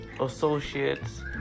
associates